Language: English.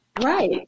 Right